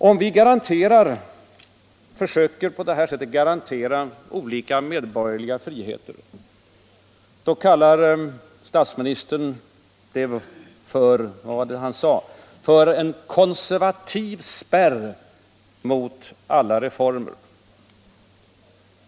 Om vi på det sättet försöker garantera olika medborgerliga friheter, kallar statsministern detta för att sätta en ”konservativ spärr mot alla reformer”.